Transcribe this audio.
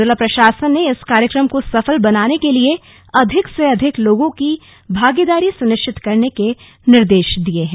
जिला प्रशासन ने इस कार्यक्रम को सफल बनाने के लिए अधिक से अधिक लोगों की भागेदारी सुनिश्चित करने के निर्देश दिए हैं